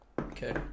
Okay